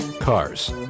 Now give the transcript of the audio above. cars